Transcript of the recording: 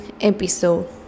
episode